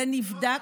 זה נבדק.